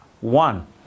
One